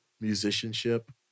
musicianship